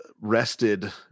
rested